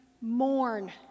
mourn